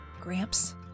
Gramps